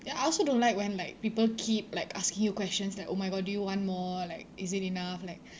ya I also don't like when like people keep like asking you questions like oh my god do you want more like is it enough like